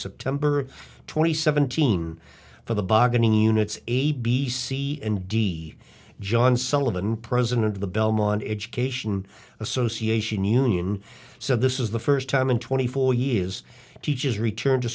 september twenty seventeen for the bargaining units a b c and d john sullivan president of the belmont education association union so this is the first time in twenty four years teaches return to